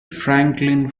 franklin